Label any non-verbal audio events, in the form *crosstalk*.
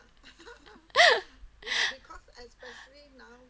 *laughs*